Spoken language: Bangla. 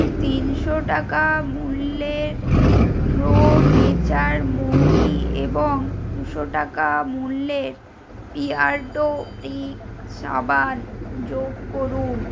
তিনশো টাকা মূল্যের প্রো নেচার মৌরি এবং দুশো টাকা মূল্যের বিয়ার্ডো ব্রিক সাবান যোগ করুন